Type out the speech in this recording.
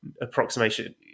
approximation